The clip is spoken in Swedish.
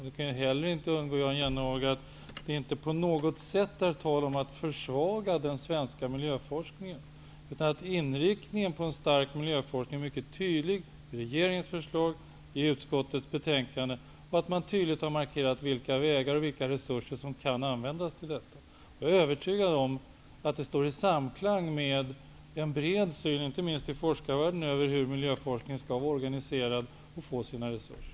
Det kan inte heller ha undgått Jan Jennehag att det inte på något sätt har varit tal om att försvaga den svenska miljöforskningen. Inriktningen på en stark miljöforskning är mycket tydlig i regeringens förslag och i utskottets betänkande. Det har tydligt markerats vilka vägar och resurser som kan användas till detta. Jag är övertygad om att det finns en bred samsyn inte minst i forskningsvärlden över hur miljöforskningen skall vara organiserad och få sina resurser.